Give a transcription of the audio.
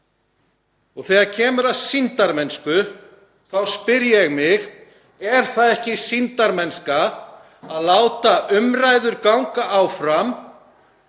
Og þegar kemur að sýndarmennsku þá spyr ég mig: Er það ekki sýndarmennska að láta umræður ganga áfram